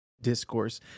discourse